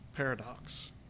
paradox